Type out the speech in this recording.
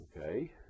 Okay